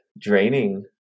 draining